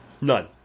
None